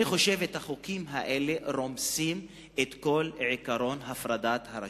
אני חושב שהחוקים האלה רומסים את כל עקרון הפרדת הרשויות.